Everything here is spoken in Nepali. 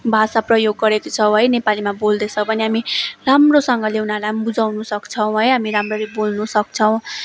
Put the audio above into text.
भाषा प्रयोग गरेको छौँ है नेपालीमा बोल्दैछौँ भने हामी राम्रोसँगले उनीहरूलाई पनि बुझाउनु सक्छौँ है हामी राम्ररी बोल्नु सक्छौँ